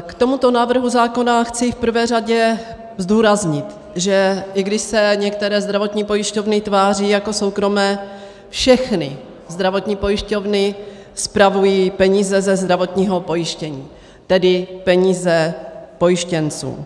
k tomuto návrhu zákona chci v prvé řadě zdůraznit, že i když se některé zdravotní pojišťovny tváří jako soukromé, všechny zdravotní pojišťovny spravují peníze ze zdravotního pojištění, tedy peníze pojištěnců.